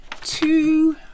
two